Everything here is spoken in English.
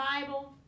Bible